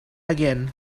again